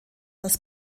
das